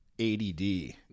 ADD